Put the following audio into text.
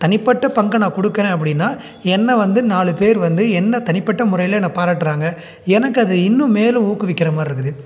தனிப்பட்ட பங்கை நான் கொடுக்குறேன் அப்படின்னா என்னை வந்து நாலு பேர் வந்து என்னை தனிப்பட்ட முறையில் என்னை பாராட்டுகிறாங்க எனக்கு அது இன்னும் மேலும் ஊக்குவிக்கிறமாதிரி இருக்குது